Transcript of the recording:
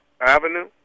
...Avenue